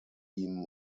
ihm